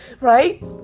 Right